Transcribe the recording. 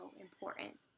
important